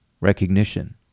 Recognition